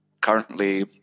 currently